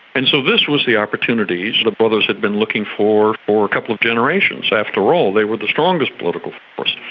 and so this was the opportunity the brothers had been looking for for a couple of generations. after all, they were the strongest political force,